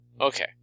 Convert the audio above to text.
Okay